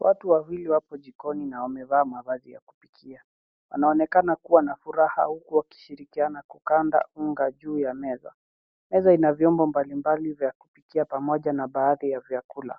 Watu wawili wapo jikoni na wamevaa mavazi ya kupikia. Wanaonekana kua na furaha, huku wakishirikiana kukanda unga juu ya meza. Meza ina vyombo mbali mbali vya kupikia pamoja na baadhi ya vyakula.